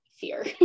fear